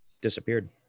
disappeared